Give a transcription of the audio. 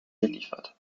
geliefert